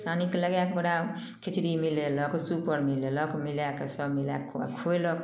सानीके लगाए कऽ ओकरा खिचड़ी मिलेलक सुपर मिलेलक मिलाके सब मिलाएके ओहिकेबाद खुएलक